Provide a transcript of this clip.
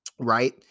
Right